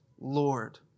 Lord